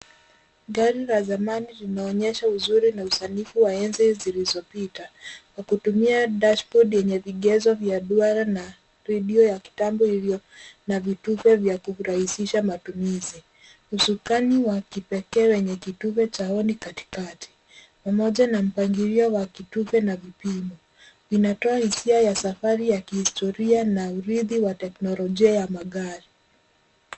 Gari la zamani linaonyesha uzuri na usanifu wa enzi zilizopita, kwa kutumia dashboard yenye vigezo vya duara na redio ya kitambo iliyo na vitufe vya kurahisisha matumizi. Usukani wa kipekee wenye kitufe cha honi katikati, pamoja na mpangilio wa kitufe na vipini vinatoa hisia ya safari ya kihistoria na urithi wa teknolojia ya magari.